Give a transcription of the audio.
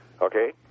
Okay